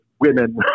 women